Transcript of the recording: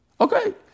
Okay